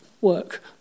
work